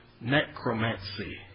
Necromancy